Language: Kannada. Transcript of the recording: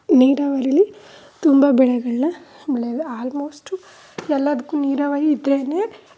ನೀರಾವರಿಲ್ಲಿ ತುಂಬ ಬೆಳೆಗಳನ್ನ ಆಮೇಲೆ ಆಲ್ಮೋಸ್ಟು ಎಲ್ಲದಕ್ಕೂ ನೀರಾವರಿ ಇದ್ರೇ